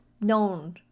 known